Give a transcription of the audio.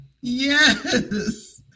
yes